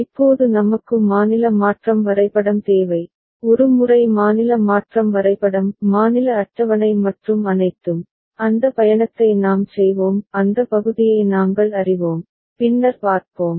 இப்போது நமக்கு மாநில மாற்றம் வரைபடம் தேவை ஒரு முறை மாநில மாற்றம் வரைபடம் மாநில அட்டவணை மற்றும் அனைத்தும் அந்த பயணத்தை நாம் செய்வோம் அந்த பகுதியை நாங்கள் அறிவோம் பின்னர் பார்ப்போம்